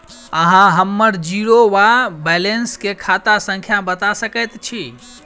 अहाँ हम्मर जीरो वा बैलेंस केँ खाता संख्या बता सकैत छी?